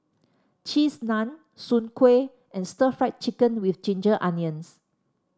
Cheese Naan Soon Kway and Stir Fried Chicken with Ginger Onions